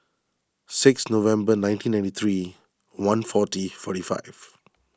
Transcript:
six November nineteen ninety three one forty forty five